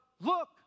Look